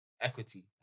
equity